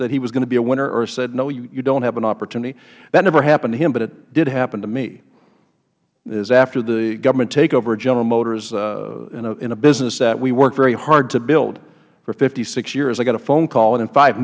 that he was going to be a winner or said no you don't have an opportunity that never happened to him but it did happen to me it was after the government takeover of general motors in a business that we worked very hard to build for fifty six years i got a phone call and in five